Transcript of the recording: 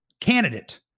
candidate